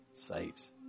saves